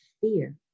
fear